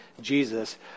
Jesus